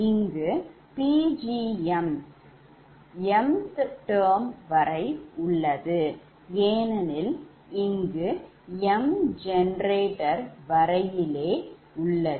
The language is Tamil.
இங்கு Pgmmth term வரை உள்ளது ஏனெனில் இங்கு m ஜெனரேட்டர் வரையிலே உள்ளது